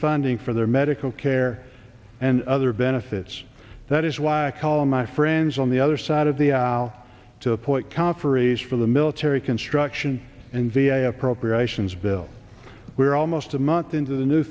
funding for their medical care and other benefits that is why i call my friends on the other side of the aisle to appoint conferees for the military construction and v a appropriations bill we are almost a month into the new